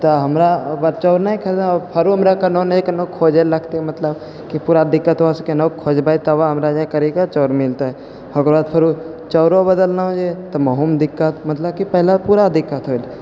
तऽ हमरा आबऽ चाउर नहि खरीदै आओरो हमरा केनाओ ने केनाओ खोजैले लगते मतलब कि पूरा दिक्कतसँ केहुनाओके खोजबै तब हमरा जे करि के चाउर मिलतै ओकर बाद फेरो चाउरो बदलना छै तऽ ओहोमे दिक्कत मतलब पहिले पूरा दिक्कत होइ छलै